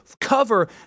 cover